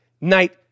night